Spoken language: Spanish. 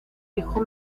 hijo